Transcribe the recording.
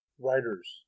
Writers